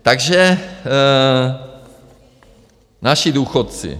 Takže naši důchodci.